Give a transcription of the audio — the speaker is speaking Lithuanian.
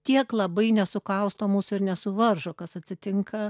tiek labai nesukausto mūsų ir nesuvaržo kas atsitinka